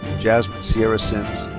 jasmin sierra sims.